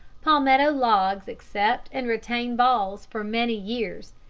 palmetto logs accept and retain balls for many years,